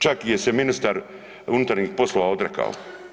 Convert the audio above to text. Čak ih se ministar unutarnjih poslova odrekao.